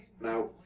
Now